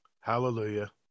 hallelujah